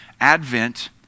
Advent